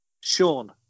Sean